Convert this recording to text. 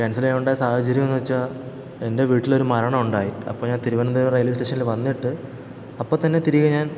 cancel ചെയ്യേണ്ട സാഹചര്യമെന്നു വെച്ചാൽ എൻ്റെ വീട്ടിലൊരു മരണമുണ്ടായി അപ്പം ഞാൻ തിരുവനന്തപുരം റെയിൽവേ സ്റ്റേഷനിൽ വന്നിട്ട് അപ്പം തന്നെ തിരികെ ഞാൻ